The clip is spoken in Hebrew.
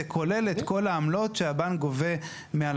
זה כולל את כל העמלות שהבנק גובה מהלקוח.